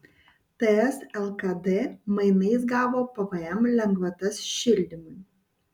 ts lkd mainais gavo pvm lengvatas šildymui